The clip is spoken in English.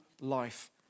life